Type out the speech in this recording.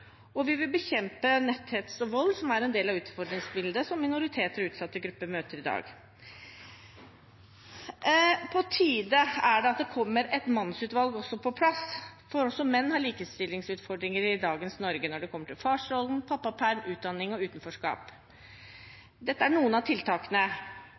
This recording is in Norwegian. og vi vil bekjempe netthets og vold, som er en del av utfordringsbildet som minoriteter og utsatte grupper møter i dag. På tide er det at det kommer et mannsutvalg på plass, for også menn har likestillingsutfordringer i dagens Norge når det gjelder farsrollen, pappaperm, utdanning og